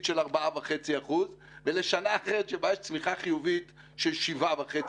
של 4.5% ולשנה אחרת שבה יש צמיחה חיובית של 7.5%,